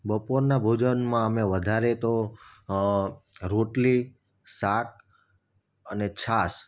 બપોરના ભોજનમાં અમે વધારે તો રોટલી શાક અને છાસ